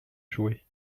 jouer